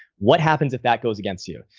what happens if that goes against you?